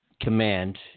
command